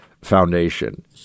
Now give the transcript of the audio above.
Foundation